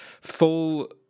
full